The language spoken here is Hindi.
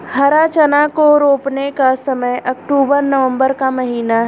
हरा चना को रोपने का समय अक्टूबर नवंबर का महीना है